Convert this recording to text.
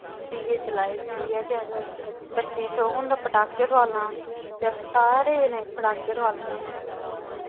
दीए जलाई जलुईयै फ्ही अस बच्चें गी शौक होंदा पटाके ठुआलने दा फ्ही अस सारे जने पटाके ठुआलने होन्ने